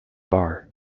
bar